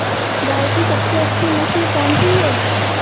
गाय की सबसे अच्छी नस्ल कौनसी है?